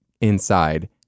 inside